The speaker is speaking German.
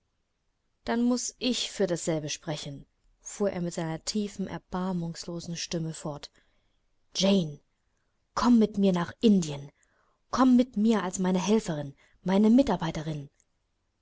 dann muß ich für dasselbe sprechen fuhr er mit seiner tiefen erbarmungslosen stimme fort jane komm mit mir nach indien komm mit mir als meine helferin meine mitarbeiterin